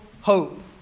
hope